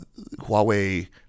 Huawei